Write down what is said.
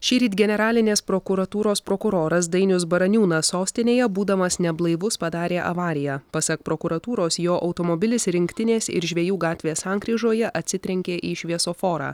šįryt generalinės prokuratūros prokuroras dainius baraniūnas sostinėje būdamas neblaivus padarė avariją pasak prokuratūros jo automobilis rinktinės ir žvejų gatvės sankryžoje atsitrenkė į šviesoforą